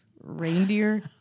reindeer